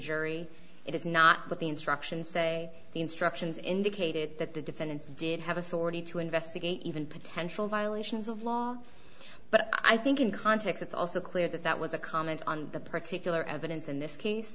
it is not but the instructions say the instructions indicated that the defendants did have authority to investigate even potential violations of law but i think in context it's also clear that that was a comment on the particular evidence in this case